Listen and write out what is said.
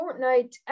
Fortnite